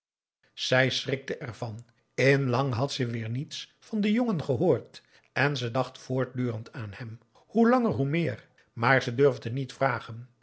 zij schrikte ervan in lang had ze weer niets van den jongen gehoord en ze dacht voortdurend aan hem hoe langer hoe meer maar ze durfde niet vragen